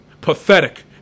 Pathetic